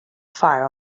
fire